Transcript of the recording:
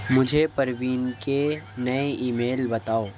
مجھے پروین کے نئے ای میل بتاؤ